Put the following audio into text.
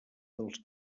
dels